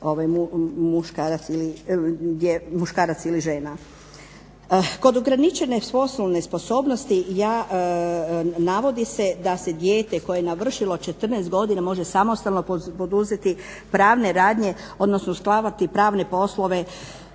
Kod ograničene poslovne sposobnosti navodi se da dijete koje je navršilo 14 godina može samostalno poduzeti pravne radnje, odnosno sklapati pravne poslove